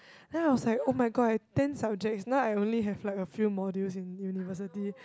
then I was like [oh]-my-god I had ten subjects now I only have like a few modules in university